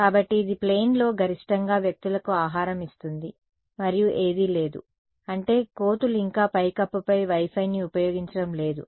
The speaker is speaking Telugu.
కాబట్టి ఇది ప్లేన్ లో గరిష్టంగా వ్యక్తులకు ఆహారం ఇస్తుంది మరియు ఏదీ లేదు అంటే కోతులు ఇంకా పైకప్పుపై Wi Fi ని ఉపయోగించడం లేదు